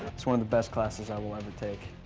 it's one of the best classes i will ever take.